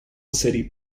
city